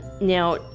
now